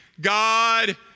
God